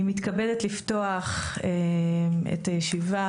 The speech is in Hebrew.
אני מתכבדת לפתוח את הישיבה.